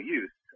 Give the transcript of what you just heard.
use